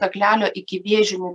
kaklelio ikivėžinių